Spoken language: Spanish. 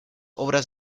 obras